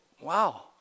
wow